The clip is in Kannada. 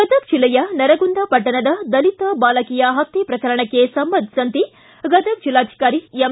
ಗದಗ ಜಿಲ್ಲೆಯ ನರಗುಂದ ಪಟ್ಟಣದ ದಲಿತ ಬಾಲಕಿಯ ಹತ್ತೆ ಪ್ರಕರಣಕ್ಕೆ ಸಂಬಂಧಿಸಿದಂತೆ ಗದಗ ಜಿಲ್ಲಾಧಿಕಾರಿ ಎಂ